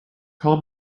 call